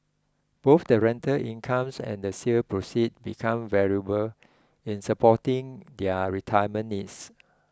both the rental income and the sale proceeds become valuable in supporting their retirement needs